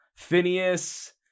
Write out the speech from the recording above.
Phineas